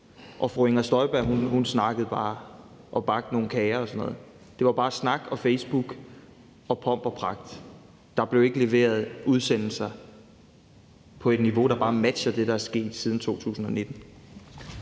fru Inger Støjberg snakkede bare og bagte nogle kager og sådan noget. Det var bare snak og Facebook og pomp og pragt. Der blev ikke leveret udsendelser på et niveau, der bare matcher det, der er sket siden 2019.